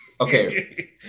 okay